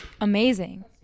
amazing